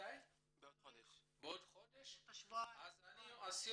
לקראת 2019. אני אקיים